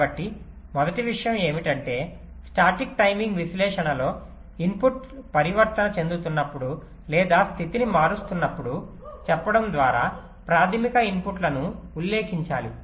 కాబట్టి మొదటి విషయం ఏమిటంటే స్టాటిక్ టైమింగ్ విశ్లేషణలో ఇన్పుట్లు పరివర్తన చెందుతున్నప్పుడు లేదా స్థితిని మారుస్తున్నప్పుడు చెప్పడం ద్వారా ప్రాధమిక ఇన్పుట్లను ఉల్లేఖించాలి